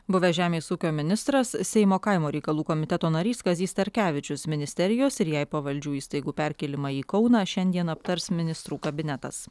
buvęs žemės ūkio ministras seimo kaimo reikalų komiteto narys kazys starkevičius ministerijos ir jai pavaldžių įstaigų perkėlimą į kauną šiandien aptars ministrų kabinetas